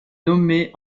nommé